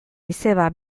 izeba